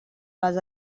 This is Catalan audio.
les